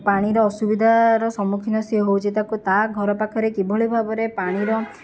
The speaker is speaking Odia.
ପାଣିର ଅସୁବିଧାର ସମ୍ମୁଖୀନ ସିଏ ହେଉଛି ତା'କୁ ତା' ଘର ପାଖରେ କିଭଳି ଭାବରେ ପାଣିର